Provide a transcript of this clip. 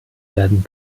werden